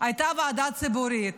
הייתה ועדה ציבורית,